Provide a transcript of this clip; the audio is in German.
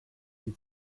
sie